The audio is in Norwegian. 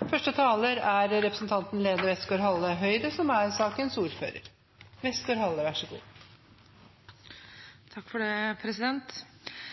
Jeg vil starte med å takke komiteen for